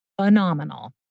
phenomenal